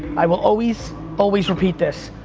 i will always, always repeat this.